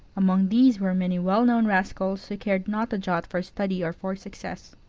among these were many well-known rascals, who cared not a jot for study or for success.